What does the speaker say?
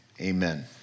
Amen